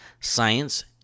science